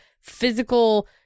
physical